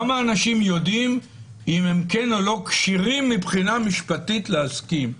כמה אנשים יודעים אם הם כשירים מבחינה משפטית להסכים?